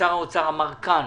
ששר האוצר אמר כאן